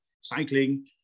cycling